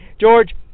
George